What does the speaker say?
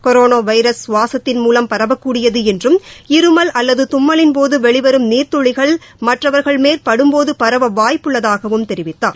corona virus சுவாசத்தின் மூலம் பரவக்கூடியது என்றும் இருமல் அல்லது தும்மலின்போது வெளிவரும் நீர்த்துளிகள் மற்றவர்கள் மேல் படும்போது பரவ வாய்ப்புள்ளதாகவும் தெரிவித்தார்